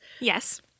Yes